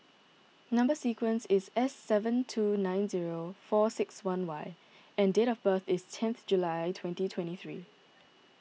Number Sequence is S seven two nine zero four six one Y and date of birth is tenth July twenty twenty three